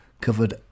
covered